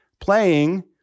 Playing